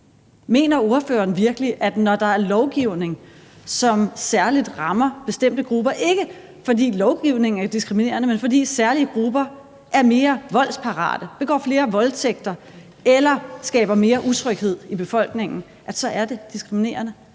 Mener ordføreren virkelig, at det, når der er en lovgivning, som særlig rammer bestemte grupper, ikke fordi lovgivningen er diskriminerende, men fordi særlige grupper er mere voldsparate, begår flere voldtægter eller skaber mere utryghed i befolkningen, så er diskriminerende?